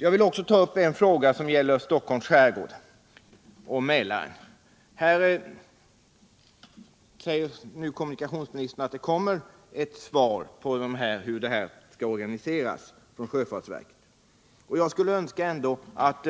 Jag vill även ta upp en fråga som gäller Stockholms skärgård och Mälaren. Kommunikationsministern säger att det kommer ett svar från sjöfartsverket på frågan hur transporterna skall organiseras. Jag skulle önska att